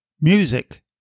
Music